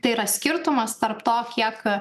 tai yra skirtumas tarp to kiek